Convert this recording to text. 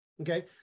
Okay